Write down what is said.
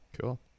Cool